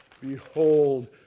behold